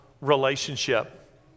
relationship